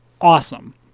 awesome